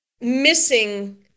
missing